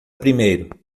primeiro